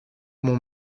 mon